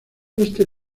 este